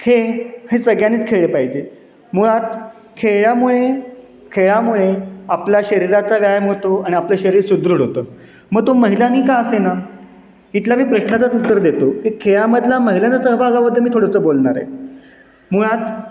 खेळ हे सगळ्यांनीच खेळले पाहिजेत मुळात खेळल्यामुळे खेळामुळे आपल्या शरीराचा व्यायाम होतो आणि आपलं शरीर सुदृढ होतं मग तो महिलांनी का असेना इथल्या मी प्रश्नाचंच उत्तर देतो की खेळामधला महिलांचा सहभागाबद्दल मी थोडंसं बोलणार आहे मुळात